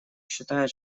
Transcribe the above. считает